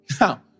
Now